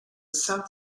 south